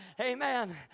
Amen